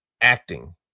Acting